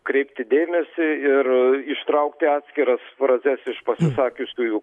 kreipti dėmesį ir ištraukti atskiras frazes iš pasisakiusiųjų